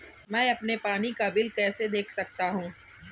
मैं अपना पानी का बिल कैसे देख सकता हूँ?